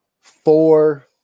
four –